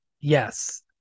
Yes